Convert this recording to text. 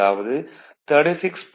அதாவது 36